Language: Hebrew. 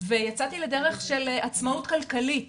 ויצאתי לדרך של עצמאות כלכלית